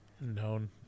known